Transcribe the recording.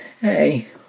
hey